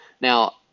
Now